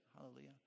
Hallelujah